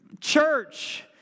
church